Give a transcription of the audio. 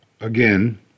again